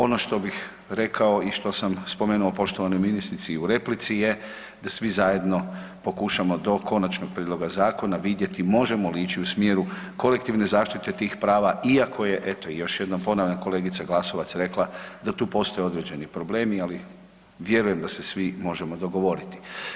Ono što bih rekao i što sam spomenuo poštovanoj ministrici i u replici je da svi zajedno pokušamo do konačnog prijedloga zakona vidjeti možemo li ići u smjeru kolektivne zaštite tih prava, iako je eto još jednom ponavljam kolegica Glasovac rekla da tu postoje određeni problemi ali vjerujem da se svi možemo dogovoriti.